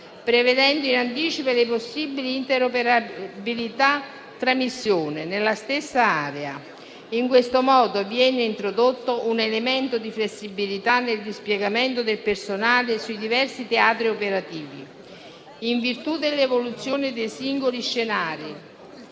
prevedendo in anticipo le possibili interoperabilità tra missioni nella stessa area. In questo modo viene introdotto un elemento di flessibilità nel dispiegamento del personale sui diversi teatri operativi, in virtù dell'evoluzione dei singoli scenari,